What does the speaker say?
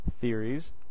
theories